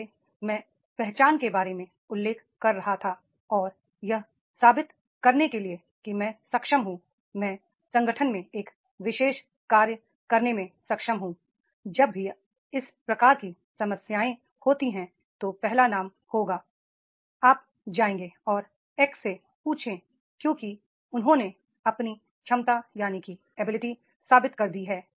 जैसे मैं पहचान के बारे में उल्लेख कर रहा था और यह साबित करने के लिए कि मैं सक्षम हूं मैं संगठन में यह विशेष कार्य करने में सक्षम हूं जब भी इस प्रकार की समस्याएं होती हैं तो पहला नाम होगा आप जाएं और एक्स से पूछें क्योंकि उन्होंने अपनी क्षमता साबित कर दी है